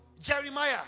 jeremiah